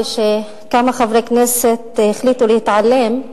וכמה חברי כנסת החליטו להתעלם מכך,